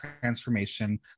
transformation